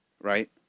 right